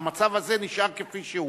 המצב הזה נשאר כפי שהוא.